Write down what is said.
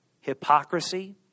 Hypocrisy